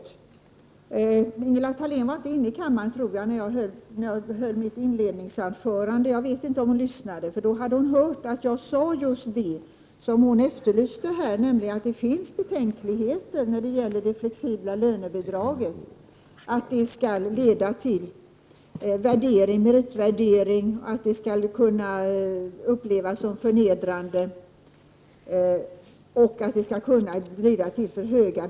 Jag tror inte att Ingela Thalén var inne i kammaren när jag höll mitt inledningsanförande. Jag vet inte om hon lyssnade. Hade hon gjort det hade hon hört att jag framhöll att just det som hon talade om, nämligen att det finns betänkligheter när det gäller det flexibla lönebidraget. Det skulle kunna leda till meritvärdering och kunna upplevas som förnedrande. Bidragsnivåerna skulle också kunna bli för höga.